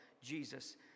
Jesus